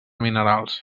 minerals